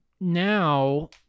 now